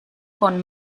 con